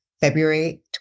February